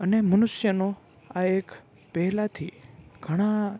અને મનુષ્યનો આ એક પહેલાંથી ઘણા